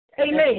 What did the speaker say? Amen